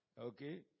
okay